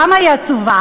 למה היא עצובה?